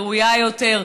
ראויה יותר,